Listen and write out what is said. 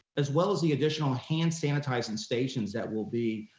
as well as the additional hand sanitizing stations that will be,